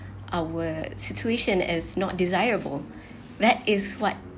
our situation as not desirable that is what